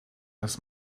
das